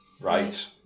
Right